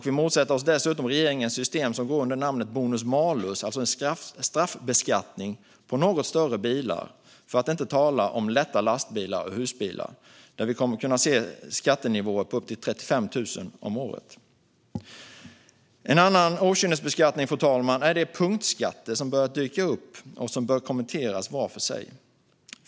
Vi motsätter oss dessutom regeringens system som går under namnet bonus-malus, alltså en straffbeskattning på något större bilar, för att inte tala om lätta lastbilar och husbilar, där vi kommer att kunna se skattenivåer på upp till 35 000 kronor om året. Fru talman! En annan okynnesbeskattning är de punktskatter som har börjat dyka upp och som bör kommenteras var för sig.